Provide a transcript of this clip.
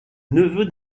neveu